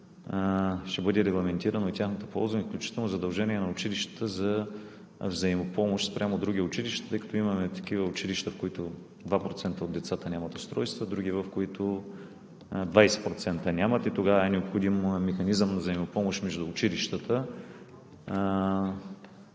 ще бъде регламентирано и тяхното ползване, включително задължение на училищата за взаимопомощ спрямо други училища, тъй като имаме такива, в които 2% от децата нямат устройства, и други, в които 20% нямат – тогава е необходим механизъм за взаимопомощ между училищата.